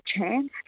chance